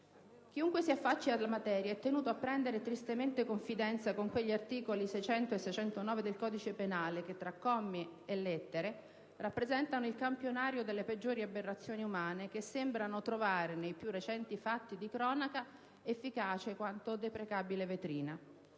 Chiunque si affacci alla materia è tenuto a prendere tristemente confidenza con quegli articoli 600 e 609 del codice penale che, tra commi e lettere, rappresentano il campionario delle peggiori aberrazioni umane che sembrano trovare nei più recenti fatti di cronaca efficace quanto deprecabile vetrina.